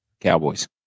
Cowboys